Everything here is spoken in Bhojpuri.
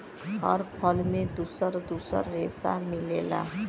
हर फल में दुसर दुसर रेसा मिलेला